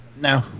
no